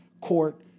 court